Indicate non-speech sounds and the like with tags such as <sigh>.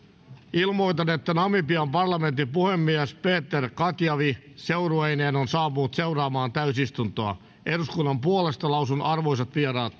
ilmoitan että namibian parlamentin puhemies peter katjavivi seurueineen on saapunut seuraamaan täysistuntoa eduskunnan puolesta lausun arvoisat vieraat <unintelligible>